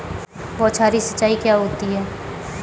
बौछारी सिंचाई क्या होती है?